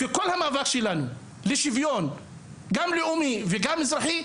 כי כל המאבק שלנו לשוויון גם לאומי וגם אזרחי,